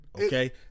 Okay